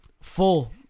full